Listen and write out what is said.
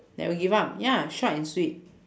never give up ya short and sweet